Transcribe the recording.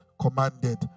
commanded